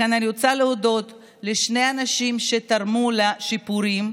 לכן אני רוצה להודות לשני אנשים שתרמו לשיפורים,